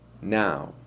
now